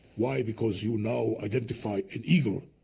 why? because you now identify an eagle,